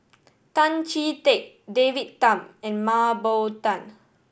Tan Chee Teck David Tham and Mah Bow Tan